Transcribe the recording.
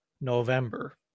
November